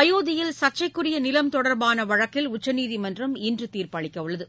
அயோத்தியில் சாச்சைக்குரிய நிலம் தொடா்பாள வழக்கில் உச்சநீதிமன்றம் இன்று தீர்ப்பளிக்க உள்ளது